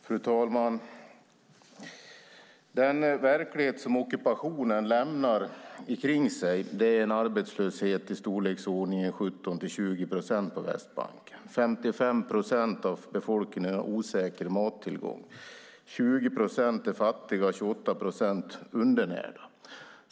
Fru talman! Den verklighet som ockupationen lämnar efter sig är en arbetslöshet på 17-20 procent på Västbanken. 55 procent av befolkningen har en osäker mattillgång. 20 procent är fattiga och 28 procent undernärda.